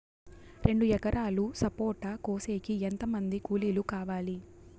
రెండు ఎకరాలు సపోట కోసేకి ఎంత మంది కూలీలు కావాలి?